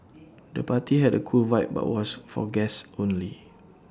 the party had A cool vibe but was for guests only